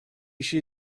she